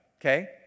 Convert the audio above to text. Okay